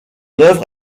œuvre